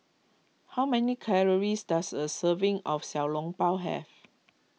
how many calories does a serving of Xiao Long Bao have